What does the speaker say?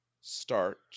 start